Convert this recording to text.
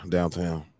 Downtown